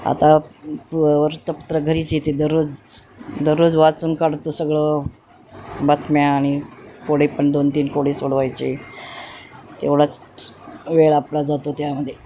आता वृत्तपत्र घरीच येते दररोज दररोज वाचून काढतो सगळं बातम्या आणि कोडे पण दोन तीन कोडे सोडवायचे तेवढाच वेळ आपला जातो त्यामध्ये